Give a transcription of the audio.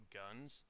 guns